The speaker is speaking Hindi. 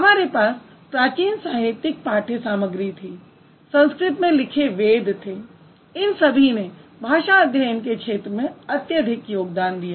हमारे पास प्राचीन साहित्यिक पाठ्यसामग्री थी संस्कृत में लिखे वेद थे इन सभी ने भाषा अध्ययन के क्षेत्र में अत्यधिक योगदान दिया